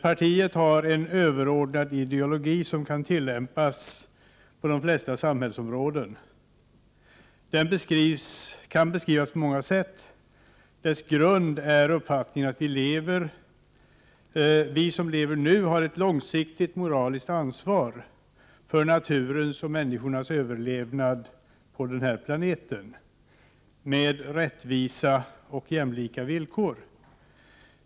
Partiet har en överordnad ideologi, som kan tillämpas på de flesta samhällsområden. Den kan beskrivas på många sätt. Dess grund är uppfattningen att vi som lever nu har ett långsiktigt moraliskt ansvar för naturens och människornas överlevnad på denna planet på rättvisa och jämlika villkor.